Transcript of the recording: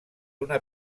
una